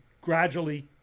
gradually